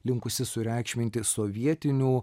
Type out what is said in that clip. linkusi sureikšminti sovietinių